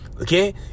Okay